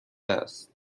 است